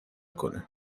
کنه